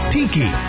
Tiki